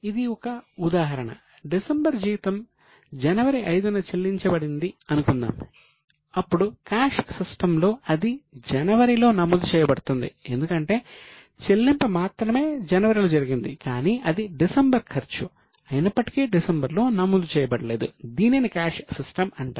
ఇది ఒక ఉదాహరణ డిసెంబర్ జీతం జనవరి 5 న చెల్లించబడిందని అనుకుందాం అప్పుడు క్యాష్ సిస్టం అంటారు